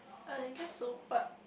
I guess so but